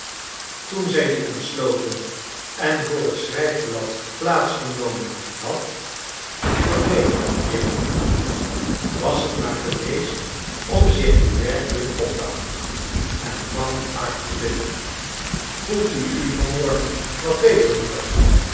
toen zij die ontsloten en voor net schrijfblad plaats genomen had verdween jeremia j was t maar geweest om zich nu wer j kelijk op te hangen en kwam j arthur binnen voelt u u vanmorgen wat beter moeder